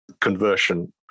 conversion